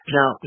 Now